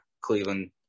Cleveland